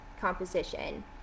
composition